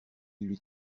lui